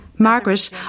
Margaret